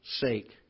sake